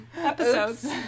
episodes